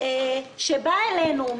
שבא אלינו,